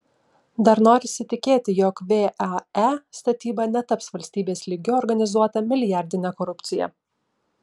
dar norisi tikėti jog vae statyba netaps valstybės lygiu organizuota milijardine korupcija